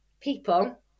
people